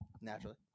naturally